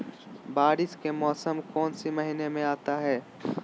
बारिस के मौसम कौन सी महीने में आता है?